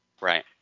Right